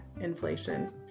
inflation